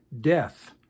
death